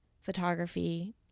Photography